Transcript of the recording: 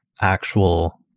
actual